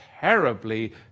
terribly